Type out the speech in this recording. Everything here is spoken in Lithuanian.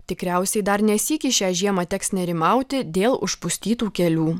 tikriausiai dar ne sykį šią žiemą teks nerimauti dėl užpustytų kelių